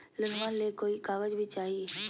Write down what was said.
लोनमा ले कोई कागज भी चाही?